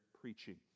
preaching